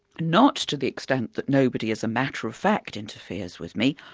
not to the extent that nobody as a matter of fact interferes with me,